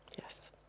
Yes